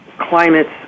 Climates